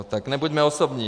Tak nebuďme osobní.